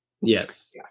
Yes